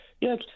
Yes